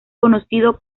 conocido